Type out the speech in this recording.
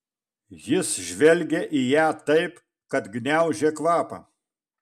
jis žvelgė į ją taip kad gniaužė kvapą